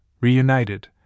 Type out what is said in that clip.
reunited